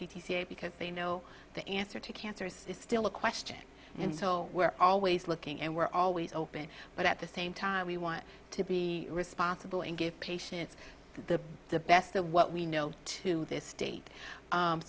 benefits because they know the answer to cancer is still a question and so we're always looking and we're always open but at the same time we want to be responsible and give patients to the best the what we know to this date